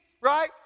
right